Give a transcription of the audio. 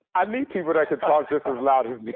i need people that can talk just as loud as